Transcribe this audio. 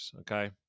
okay